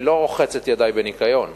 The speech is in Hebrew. אני לא רוחץ בניקיון כפי,